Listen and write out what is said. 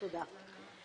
תודה.